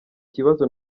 kibazo